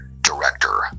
director